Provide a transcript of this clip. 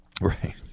Right